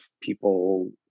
people